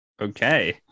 Okay